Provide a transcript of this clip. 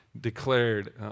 declared